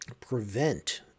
prevent